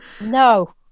No